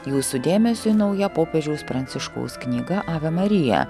jūsų dėmesiui nauja popiežiaus pranciškaus knyga ave marija